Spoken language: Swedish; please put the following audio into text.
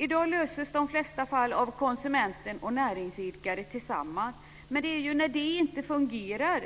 I dag löses de flesta fall av konsumenten och näringsidkaren tillsammans. Men det är ju när det inte fungerar